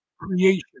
creation